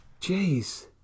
Jeez